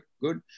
good